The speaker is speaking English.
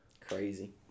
Crazy